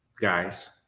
Guys